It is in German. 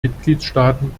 mitgliedstaaten